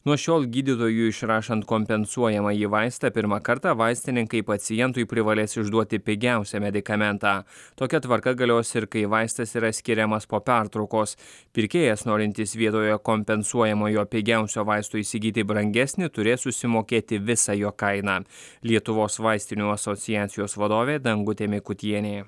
nuo šiol gydytojui išrašant kompensuojamąjį vaistą pirmą kartą vaistininkai pacientui privalės išduoti pigiausią medikamentą tokia tvarka galios ir kai vaistas yra skiriamas po pertraukos pirkėjas norintis vietoje kompensuojamojo pigiausio vaisto įsigyti brangesnį turės susimokėti visą jo kainą lietuvos vaistinių asociacijos vadovė dangutė mikutienė